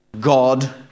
God